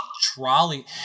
trolley